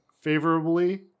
favorably